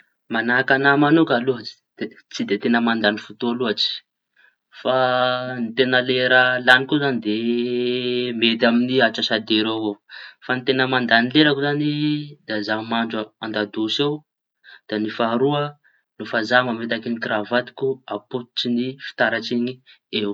Mañahaky aña mañoka aloha da ts- tsy teña mandañy fotoa lôatsy. Fa ny lera teña lañiko io zañy de mety eo amiñy atsasa dera eo. Fa ny teña mandañy lerako zañy da zaho mandro anda dosy ao. Da ny faharoa no fa za mametaky ny kiravatoko ampototry ny fitaratriñy eo.